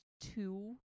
two